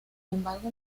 embargo